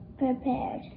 prepared